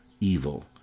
evil